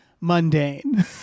Mundane